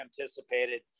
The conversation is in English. anticipated